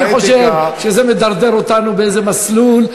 אני חושב שזה מדרדר אותנו באיזה מסלול,